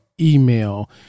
email